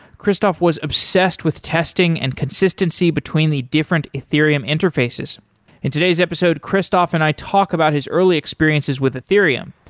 christoph was obsessed with testing and consistency between the different ethereum interfaces in today's episode, christoph and i talk about his early experiences with ethereum,